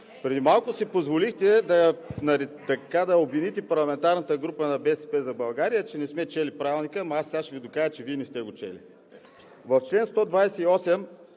Преди малко си позволихте да обвините парламентарната група на „БСП за България“, че не сме чели Правилника, но аз сега ще Ви докажа, че Вие не сте го чели.